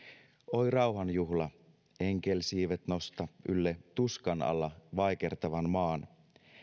oi rauhan juhla enkelsiivet nosta ylle tuskan alla vaikertavan maan